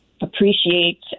appreciate